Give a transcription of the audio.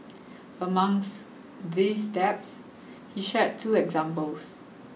amongst these steps he shared two examples